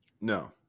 No